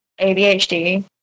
ADHD